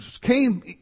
came